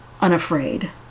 unafraid